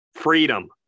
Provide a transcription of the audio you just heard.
Freedom